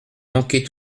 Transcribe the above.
manquer